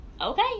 okay